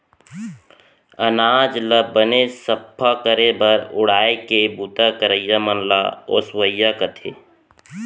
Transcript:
अनाज ल बने सफ्फा करे बर उड़ाय के बूता करइया मन ल ओसवइया कथें